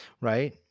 right